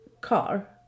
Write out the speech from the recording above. Car